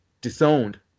disowned